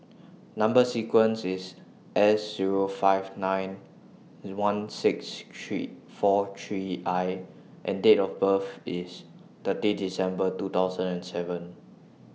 Number sequence IS S Zero five nine one six three four three I and Date of birth IS thirty December two thousand and seven